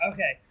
Okay